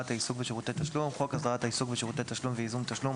העיסוק בשירותי תשלום" - חוק הסדרת העיסוק בשירותי תשלום וייזום תשלום,